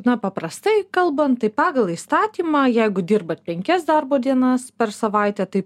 na paprastai kalbant tai pagal įstatymą jeigu dirbat penkias darbo dienas per savaitę tai